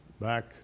back